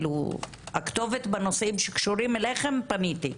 הכתובת בנושאים שקשורים אליכם פניתי,